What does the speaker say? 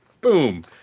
Boom